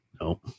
No